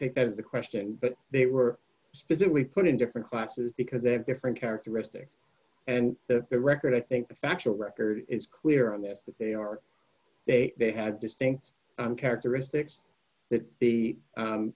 take that as the question but they were specifically put in different classes because they have different characteristics and the record i think the factual record is clear on that that they are they had distinct characteristics that the